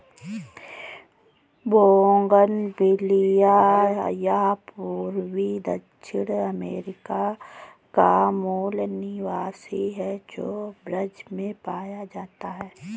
bougainvillea यह पूर्वी दक्षिण अमेरिका का मूल निवासी है, जो ब्राज़ से पाया जाता है